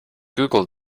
google